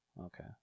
Okay